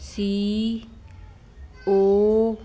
C O